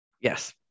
yes